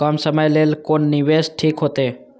कम समय के लेल कोन निवेश ठीक होते?